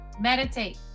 meditate